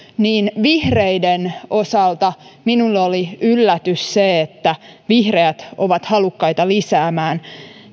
niin vihreiden osalta minulle oli yllätys se että vihreät ovat halukkaita lisäämään